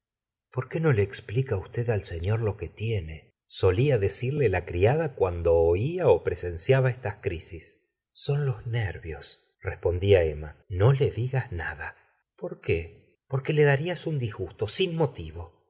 por qué no le explica usted al señor lo que tiene solía decirle la criada cuando ola presenciaba esta crisis son los nerviosrespondía emma ino le digas nada por qué porque le darías un disgusto sin motivo